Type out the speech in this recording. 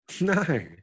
No